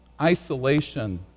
isolation